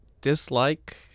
dislike